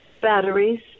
batteries